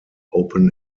open